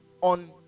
on